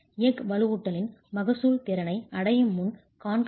எஃகு வலுவூட்டலின் மகசூல் திறனை அடையும் முன் கான்கிரீட்